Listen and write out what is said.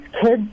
kids